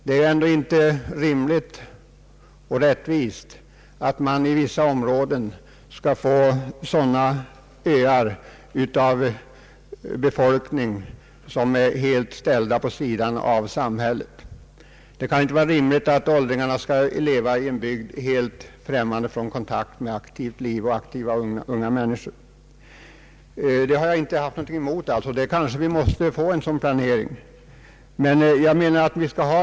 Det är ändå inte rimligt och rättvist att det i vissa områden skall uppstå befolkningsöar, alltså grupper av människor som är ställda helt åt sidan i samhället. Det kan inte vara rimligt att åldringarna i en bygd skall leva helt utan kontakt med aktivt liv och aktiva unga människor. En sådan planering som det här talas om kanske inte kan undvikas, men målsättningen måste även i så fall vara realistisk.